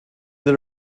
sit